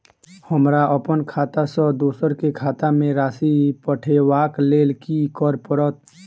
हमरा अप्पन खाता सँ दोसर केँ खाता मे राशि पठेवाक लेल की करऽ पड़त?